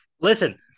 Listen